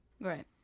Right